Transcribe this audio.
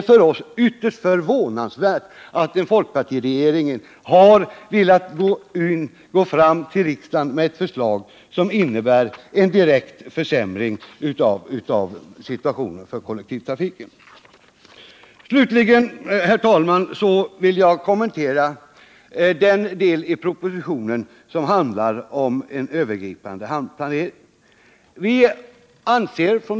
Vi är ytterst förvånade över att en folkpartiregering har velat förelägga riksdagen ett förslag som innebär en direkt försämring av kollektivtrafiken. Sedan vill jag, herr talman, kommentera den del av propositionen som handlar om en övergripande hamnplanering.